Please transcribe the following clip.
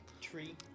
tree